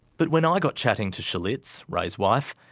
but when i got chatting to sholitze, ray's wife,